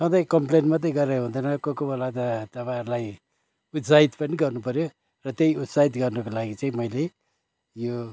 सधैँ कम्प्लेन मात्रै गरेर हुँदैन कोकोही बेला त तपाईँहरूलाई उत्साहित पनि गर्नुपऱ्यो र त्यही उत्साहित गर्नुको लागि चाहिँ मेले यो